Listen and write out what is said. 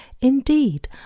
Indeed